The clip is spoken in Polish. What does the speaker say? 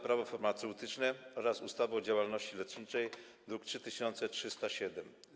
Prawo farmaceutyczne oraz ustawy o działalności leczniczej, druk nr 3303.